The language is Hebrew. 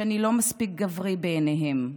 שאני לא מספיק גברי בעיניהם.